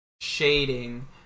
shading